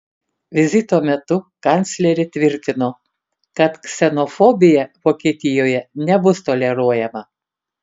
vizito metu kanclerė tvirtino kad ksenofobija vokietijoje nebus toleruojama